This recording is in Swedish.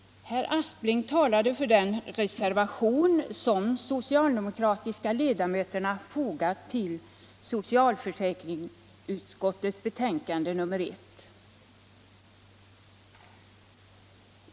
Herr Aspling talade för en reservation som de socialdemokratiska Iedamöterna fogat vid socialförsäkringsutskottets betänkande nr I.